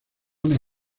una